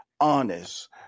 honest